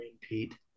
Pete